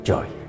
Joy